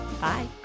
Bye